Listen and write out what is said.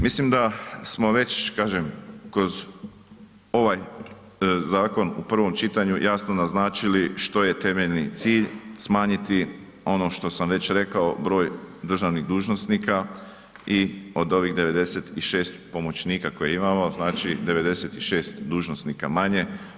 Mislim da smo već, kažem kroz ovaj zakon u prvom čitanju jasno naznačili što je temeljni cilj, smanjiti ono što sam već rekao broj državnih dužnosnika i od ovih 96 pomoćnika koje imamo, znači 96 dužnosnika manje.